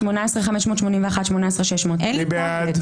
18,321 עד 18,340. מי בעד?